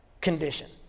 condition